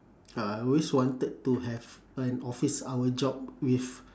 uh I always wanted to have an office hour job with